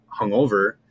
hungover